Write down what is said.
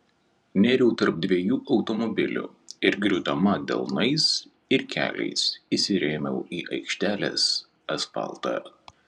nėriau tarp dviejų automobilių ir griūdama delnais ir keliais įsirėmiau į aikštelės asfaltą